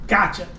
Gotcha